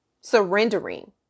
Surrendering